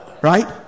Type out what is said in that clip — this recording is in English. Right